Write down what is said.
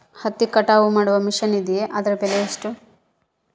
ಹತ್ತಿ ಕಟಾವು ಮಾಡುವ ಮಿಷನ್ ಇದೆಯೇ ಅದರ ಬೆಲೆ ಎಷ್ಟು?